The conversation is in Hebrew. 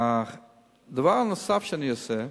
הדבר הנוסף שאני אעשה,